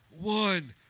One